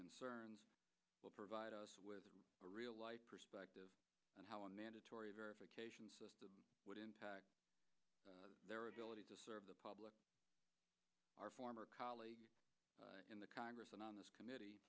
concerns will provide us with a real life perspective on how a mandatory verification system would impact their ability to serve the public our former colleague in the congress and on this committee